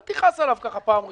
אל תכעס עליו ככה פעם ראשונה.